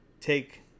take